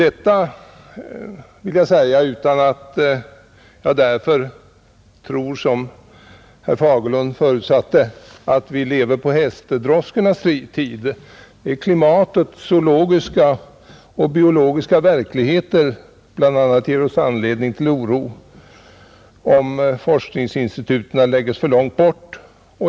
Detta vill jag säga utan att jag därför tror, som herr Fagerlund förutsatte, att vi lever på hästdroskornas tid. Klimatet, zoologiska och biologiska verkligheter etc. ger oss anledning till oro om forskningsinstituten läggs för långt bort.